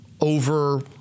over